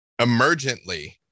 Emergently